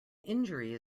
injury